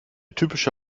typische